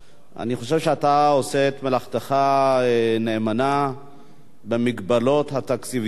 אני חושב שאתה עושה את מלאכתך נאמנה במגבלות התקציביות,